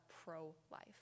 pro-life